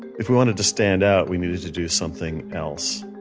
if we wanted to stand out, we needed to do something else.